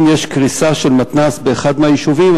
אם יש קריסה של מתנ"ס באחד היישובים,